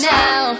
now